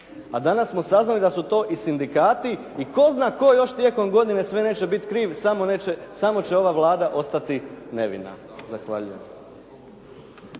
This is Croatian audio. a danas smo saznali da su to i sindikati i tko zna tko još tijekom godine sve neće biti kriv, samo će ova Vlada ostati nevina. Zahvaljujem.